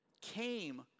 came